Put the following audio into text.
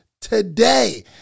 today